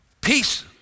Peace